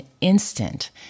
instant